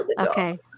Okay